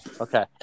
Okay